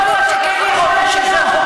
יכול להיות שכן ויכול להיות שלא.